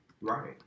Right